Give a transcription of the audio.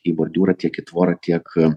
į bordiūrą tiek į tvorą tiek